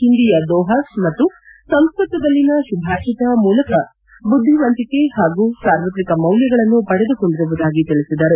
ಹಿಂದಿಯ ದೋಹಾಸ್ ಮತ್ತು ಸಂಸ್ಕತದಲ್ಲಿನ ಸುಭಾಷಿತ ಮೂಲಕ ಬುಧಿವಂತಿಕೆ ಮತ್ತು ಸಾರ್ವತ್ರಿಕ ಮೌಲ್ಲಗಳನ್ನು ಪಡೆದುಕೊಂಡಿರುವುದಾಗಿ ತಿಳಿಸಿದರು